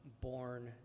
born